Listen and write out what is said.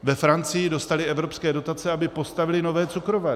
Ve Francii dostali evropské dotace, aby postavili nové cukrovary.